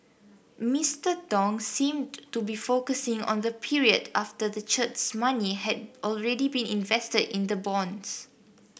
Mister Tong seemed to be focusing on the period after the church's money had already been invested in the bonds